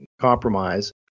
compromise